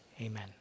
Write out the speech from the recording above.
Amen